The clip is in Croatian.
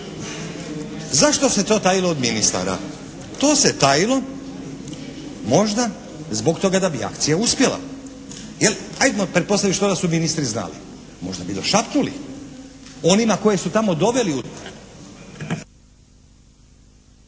zašto se to tajilo od ministara? To se tajilo možda zbog toga da bi akcija uspjela. Jel, ajmo pretpostaviti što da su ministri znali. Možda bi došapnuli onima koje su tamo doveli u